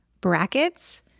brackets